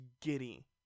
giddy